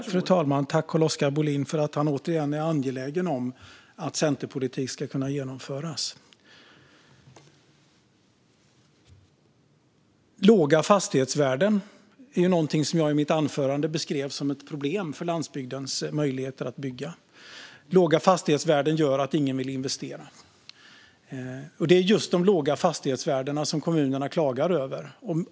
Fru talman! Tack till Carl-Oskar Bohlin för att han återigen är angelägen om att centerpolitik ska kunna genomföras! Låga fastighetsvärden är någonting som jag i mitt anförande beskrev som ett problem för landsbygdens möjligheter att bygga. Låga fastighetsvärden gör att ingen vill investera. Det är just de låga fastighetsvärdena som kommunerna klagar över.